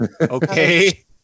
okay